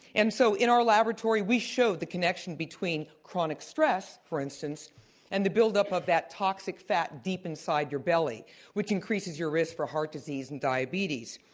and so in our laboratory we showed the connection between chronic stress for instance and the buildup of that toxic fat deep inside your belly which increases your risk for heart disease and diabetes.